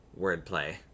wordplay